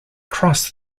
crossed